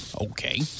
okay